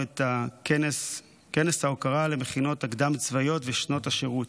את כנס ההוקרה למכינות הקדם-צבאיות ושנות השירות.